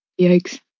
Yikes